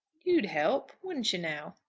you'd help wouldn't you now?